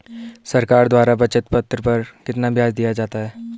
सरकार द्वारा बचत पत्र पर कितना ब्याज दिया जाता है?